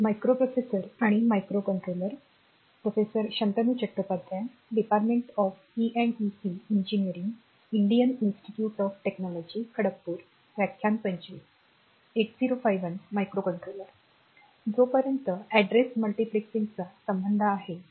जोपर्यंत अॅड्रेस मल्टिप्लेक्सिंगचा संबंध आहे